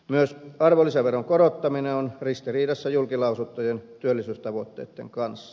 myös arvonlisäveron korottaminen on ristiriidassa julki lausuttujen työllisyystavoitteitten kanssa